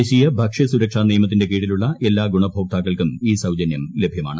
ദേശീയ ഭക്ഷൃസുരക്ഷാ നിയമത്തിന്റെ കീഴിലുള്ള എല്ലാ ഗുണഭോക്താക്കൾക്കും ഈ സൌജനൃം ലഭ്യമാണ്